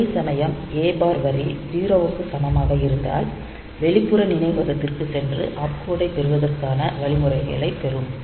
அதேசமயம் A bar வரி 0 க்கு சமமாக இருந்தால் வெளிப்புற நினைவகத்திற்கு சென்று ஆப்கோடைப் பெறுவதற்கான வழிமுறைகளைப் பெறும்